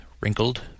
wrinkled